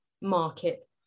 market